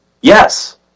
yes